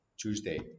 Tuesday